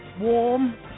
Warm